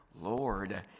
Lord